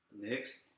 Next